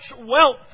wealth